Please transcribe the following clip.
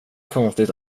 konstigt